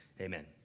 Amen